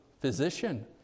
physician